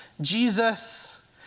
Jesus